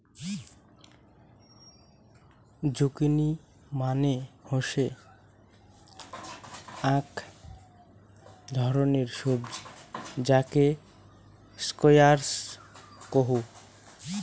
zucchini মানে হসে আক ধরণের সবজি যাকে স্কোয়াশ কহু